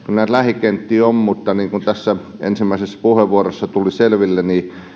kyllä näitä lähikenttiä on mutta niin kuin tässä ensimmäisessä puheenvuorossa tuli selville